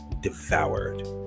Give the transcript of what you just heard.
devoured